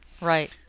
right